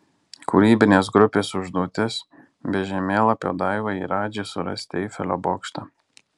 kūrybinės grupės užduotis be žemėlapio daivai ir radži surasti eifelio bokštą